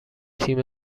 تیم